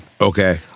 Okay